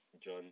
John